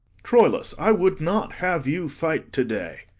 troilus, i would not have you fight to-day.